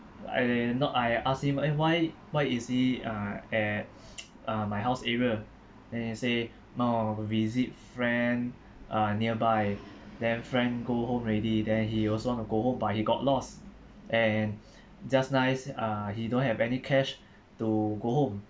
I kn~ I asked him eh why why is he uh at uh my house area then he say oh visit friend uh nearby then friend go home already then he also want to go home but he got lost and just nice uh he don't have any cash to go home